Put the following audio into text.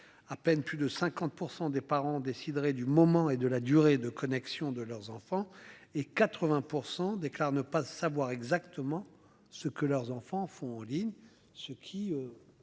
À peine plus de 50% des parents décideraient du moment et de la durée de connexion de leurs enfants et 80% déclarent ne pas savoir exactement ce que leurs enfants font en ligne ce qui.